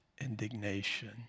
indignation